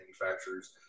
manufacturers